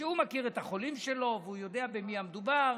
שמכיר את החולים שלו ויודע במי מדובר,